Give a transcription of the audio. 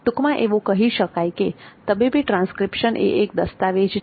ટૂંકમાં એવું કહી શકાય કે તબીબી ટ્રાંસ્ક્રિપ્શન એ એક દસ્તાવેજ છે